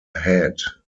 head